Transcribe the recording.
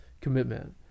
commitment